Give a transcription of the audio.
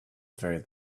very